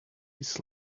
his